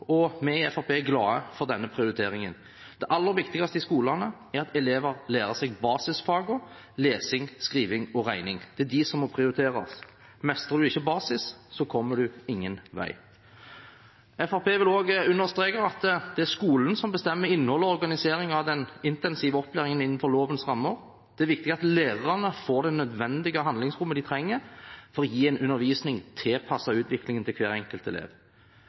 og vi i Fremskrittspartiet er glade for denne prioriteringen. Det aller viktigste i skolene er at elevene lærer seg basisfagene lesing, skriving og regning. Det er de som må prioriteres. Mestrer man ikke basis, kommer man ingen vei. Fremskrittspartiet vil også understreke at det er skolen som bestemmer innhold og organisering av den intensive opplæringen innenfor lovens rammer. Det er viktig at lærerne får det nødvendige handlingsrommet de trenger for å gi en undervisning tilpasset utviklingen til hver enkelt elev.